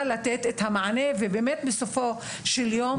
לתת את המענה ובאמת בסופו של יום,